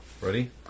Ready